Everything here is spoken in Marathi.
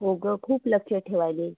हो गं खूप लक्ष ठेवायले